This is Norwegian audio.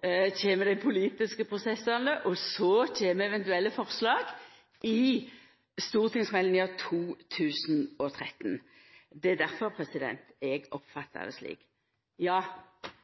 kjem eventuelle forslag i stortingsmeldinga i 2013. Det er difor eg oppfattar det slik. Ja,